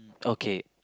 okay